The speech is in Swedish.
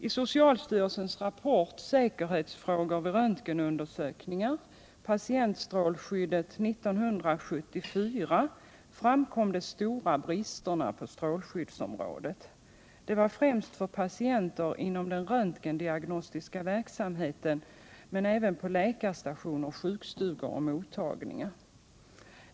I socialstyrelsens rapport Säkerhetsfrågor vid röntgenundersökningar —- Patientstrålskyddet 1974 framkom de stora bristerna på strålskyddsområdet. Det gällde främst för patienterna inom den röntgendiagnostiska verksamheten men även på läkarstationer, sjukstugor och mottagningar.